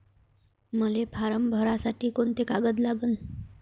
मले फारम भरासाठी कोंते कागद लागन?